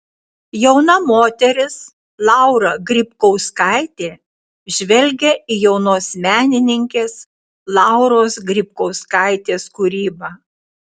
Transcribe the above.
jauna moteris laura grybkauskaitė žvelgia į jaunos menininkės lauros grybkauskaitės kūrybą